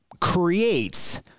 creates